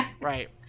right